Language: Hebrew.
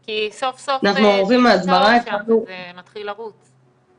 כי סוף סוף הדליקו את האור שם וזה מתחיל לרוץ.